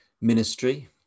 ministry